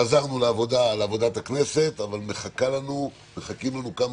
חזרנו לעבודת הכנסת אבל מחכים לנו כמה